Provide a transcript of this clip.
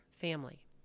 family